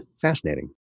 Fascinating